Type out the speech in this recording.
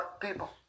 people